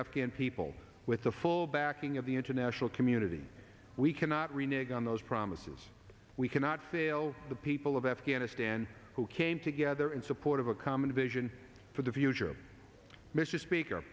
afghan people with the full backing of the international community we cannot renewed gun those promises we cannot fail the people of afghanistan who came together in support of a common vision for the future mr speaker